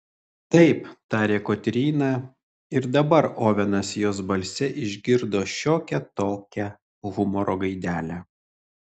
taip tarė kotryna ir dabar ovenas jos balse išgirdo šiokią tokią humoro gaidelę